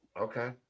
Okay